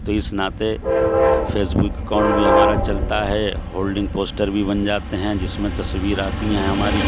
تو اس ناطے فیس بک اکاؤنٹ بھی ہمارا چلتا ہے ہولڈنگ پوسٹر بھی بن جاتے ہیں جس میں تصویر آتی ہیں ہماری